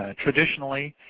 ah traditionally